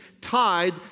tied